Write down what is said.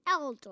Eldor